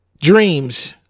dreams